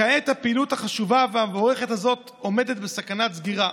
כעת הפעילות החשובה והמבורכת הזאת עומדת בסכנת סגירה.